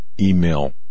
email